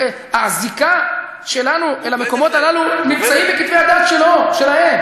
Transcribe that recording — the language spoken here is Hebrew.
הזיקה שלנו אל המקומות הללו נמצאת בכתבי הדת שלהם.